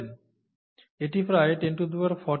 এটি প্রায় 1014 এর ক্রম